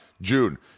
June